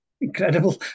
incredible